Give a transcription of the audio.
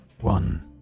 One